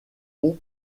pont